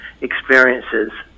experiences